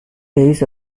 days